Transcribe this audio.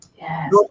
Yes